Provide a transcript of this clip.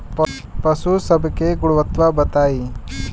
पशु सब के गुणवत्ता बताई?